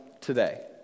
today